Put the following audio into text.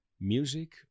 music